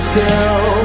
tell